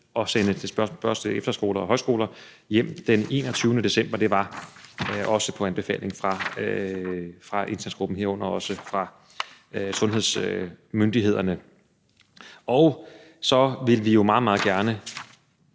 at sende elever fra efterskoler og højskoler hjem den 21. december. Det var også på anbefaling fra indsatsgruppen, herunder også fra sundhedsmyndighederne. Så vil vi jo selvfølgelig meget,